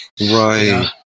Right